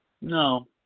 No